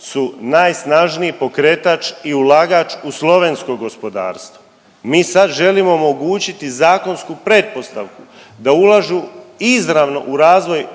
su najsnažniji pokretač i ulagač u slovensko gospodarstvo. Mi sad želimo omogućiti zakonsku pretpostavku da ulažu izravno u razvoj